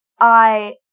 I-